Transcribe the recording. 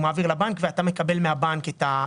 הוא מעביר לבנק ואתה מקבל מהבנק את זה.